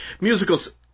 musicals